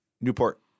Newport